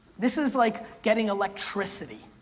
this is like getting electricity.